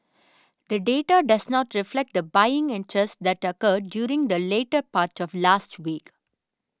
the data does not reflect the buying interest that occurred during the latter part of last week